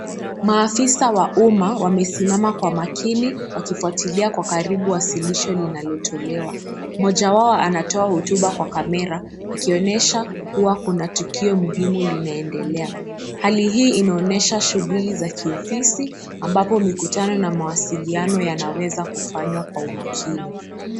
Maafisa wa umma wamesimama kwa makini wakifuatilia kwa karibu wasilisho linalotolewa. Mmoja wao anatoa hotuba kwa kamera akionyesha kuwa kuna tukio muhimu linaendelea . Hali hii inaonyesha shughuli za kiofisi ambapo mikutano na mawasiliano yanaweza kufanywa kwa umakini.